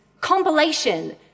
compilation